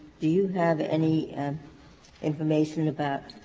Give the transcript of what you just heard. do you have any and information about